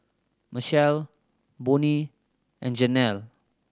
Michel Bonny and Jenelle